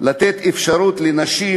לתת אפשרות לנשים,